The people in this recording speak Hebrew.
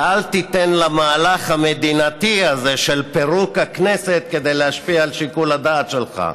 ואל תיתן למהלך המדינתי הזה של פירוק הכנסת להשפיע על שיקול הדעת שלך.